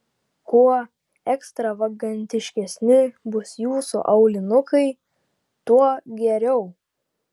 kuo ekstravagantiškesni bus jūsų aulinukai tuo geriau